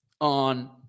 on